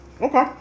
Okay